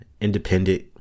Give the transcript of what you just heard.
independent